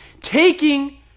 taking